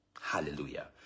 Hallelujah